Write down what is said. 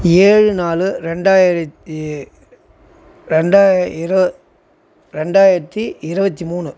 ஏழு நாலு ரெண்டாயிரத்தி ரெண்டாயிர ரெண்டாயிரத்தி இருபத்தி மூணு